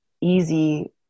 easy